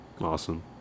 Awesome